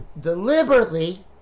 deliberately